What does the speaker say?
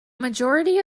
majority